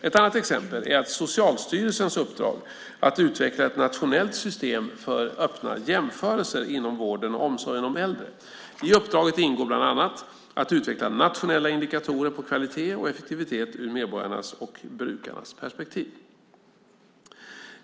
Ett annat exempel är Socialstyrelsens uppdrag att utveckla ett nationellt system för öppna jämförelser inom vården och omsorgen om äldre. I uppdraget ingår bland annat att utveckla nationella indikatorer på kvalitet och effektivitet ur medborgarnas och brukarnas perspektiv.